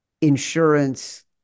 insurance